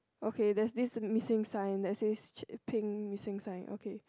okay there is this missing sign that's says pink missing sign okay